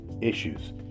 issues